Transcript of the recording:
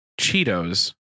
Cheetos